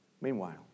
Meanwhile